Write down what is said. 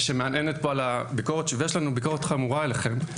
שמהנהנת פה על הביקורת ויש לנו ביקורת חמורה עליכם.